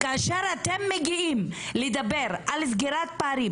כאשר אתם מגיעים לדבר על סגירת פערים